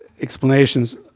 explanations